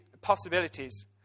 possibilities